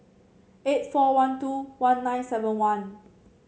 eight four one two one nine seven one